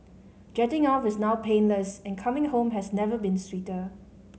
jetting off is now painless and coming home has never been sweeter